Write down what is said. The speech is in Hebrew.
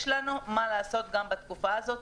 יש לנו מה לעשות בתקופה הזאת,